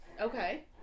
okay